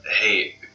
Hey